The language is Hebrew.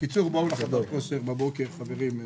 בקיצור, בואו לחדר הכושר בבוקר, חברים.